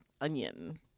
onion